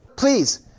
Please